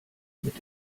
mit